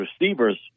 receivers